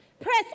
Press